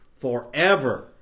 forever